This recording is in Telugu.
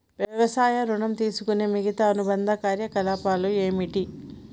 వ్యవసాయ ఋణం తీసుకునే మిగితా అనుబంధ కార్యకలాపాలు ఏమిటి?